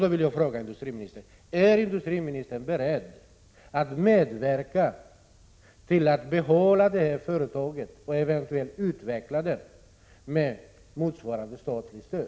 Jag vill då fråga industriministern: Är industriministern beredd att medverka till att behålla det här företaget och eventuellt utveckla det med motsvarande statligt stöd?